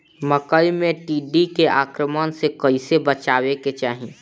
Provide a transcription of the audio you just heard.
मकई मे टिड्डी के आक्रमण से कइसे बचावे के चाही?